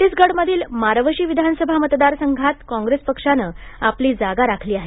छत्तीसगढमधील मारवशी विधानसभा मतदारसंघात काँग्रेस पक्षानं आपली जागा राखली आहे